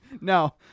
No